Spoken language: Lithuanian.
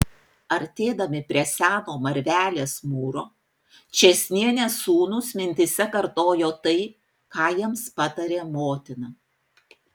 artėdami prie seno marvelės mūro čėsnienės sūnūs mintyse kartojo tai ką jiems patarė motina